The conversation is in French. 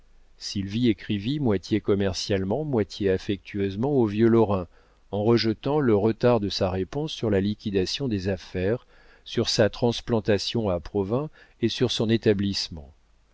sylvie écrivit moitié commercialement moitié affectueusement aux vieux lorrain en rejetant le retard de sa réponse sur la liquidation des affaires sur sa transplantation à provins et sur son établissement